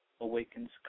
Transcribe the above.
awakens